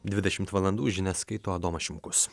dvidešimt valandų žinias skaito adomas šimkus